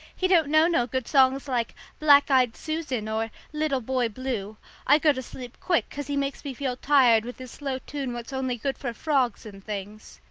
he don't know no good songs like black-eyed susan or little boy blue i go to sleep quick cause he makes me feel tired with his slow tune what's only good for frogs and things.